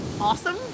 awesome